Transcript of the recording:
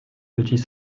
petits